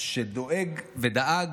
שדואג ודאג,